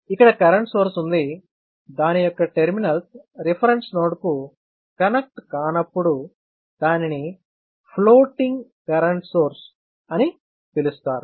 ఇక్కడ current source ఉంది దాని యొక్క టెర్మినల్స్ రెఫరెన్స్ నోడ్కు కనెక్ట్ కానప్పుడు దానిని ఫ్లోటింగ్ కరెంట్ సోర్స్ అని పిలుస్తారు